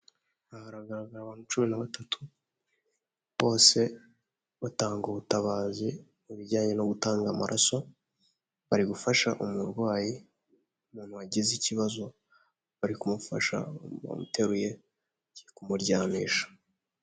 Aha haragaragara abantu cumi na batatu, bose batanga ubutabazi mu bijyanye no gutanga amaraso, bari gufasha umurwayi, umuntu wagize ikibazo bari kumufasha bamuteruye kumuryamisha.